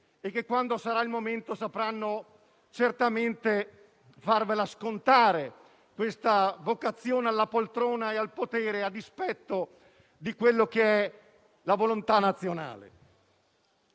ma quando sarà il momento sapranno certamente farvi scontare questa vocazione alla poltrona e al potere a dispetto della volontà nazionale.